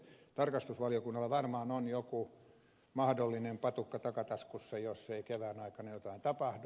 tarkastusvaliokunnalla varmaan on joku mahdollinen patukka takataskussa jos ei kevään aikana jotain tapahdu